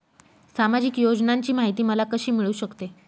सामाजिक योजनांची माहिती मला कशी मिळू शकते?